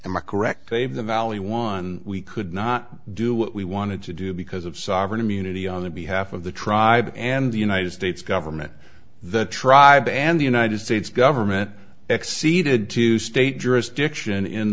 a correct play of the valley one we could not do what we wanted to do because of sovereign immunity on the behalf of the tribe and the united states government the tribe and the united states government exceeded to state jurisdiction in